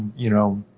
you know,